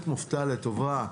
מופתע לטובה,